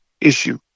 issue